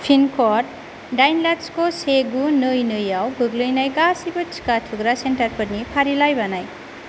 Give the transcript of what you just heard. pin code दाइन लाथिख से गु नै नै आव गोग्लैनाय गासैबो टिका थुग्रा सेन्टारफोरनि फारिलाइ बानाय